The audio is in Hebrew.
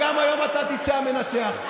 והיום גם אתה תצא המנצח.